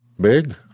Big